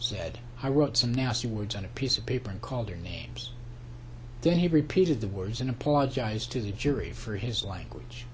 said i wrote some nasty words on a piece of paper and called her names then he repeated the words and apologized to the jury for his language